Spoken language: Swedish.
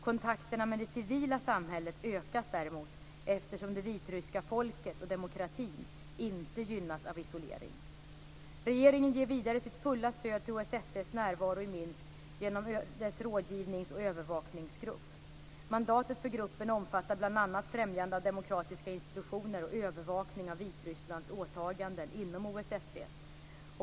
Kontakterna med det civila samhället ökas däremot, eftersom det vitryska folket och demokratin inte gynnas av isolering. Regeringen ger vidare sitt fulla stöd till OSSE:s närvaro i Minsk genom dess rådgivnings och övervakningsgrupp. Mandatet för gruppen omfattar bl.a. främjande av demokratiska institutioner och övervakning av Vitrysslands åtaganden inom OSSE.